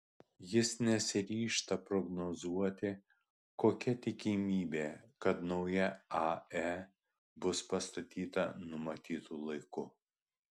jis nesiryžta prognozuoti kokia tikimybė kad nauja ae bus pastatyta numatytu laiku